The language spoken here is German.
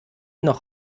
noch